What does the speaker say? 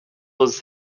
was